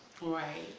Right